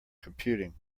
computing